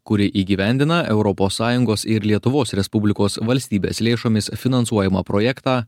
kuri įgyvendina europos sąjungos ir lietuvos respublikos valstybės lėšomis finansuojamą projektą